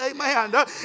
Amen